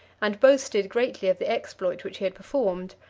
and boasted greatly of the exploit which he had performed.